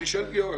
כן.